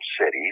cities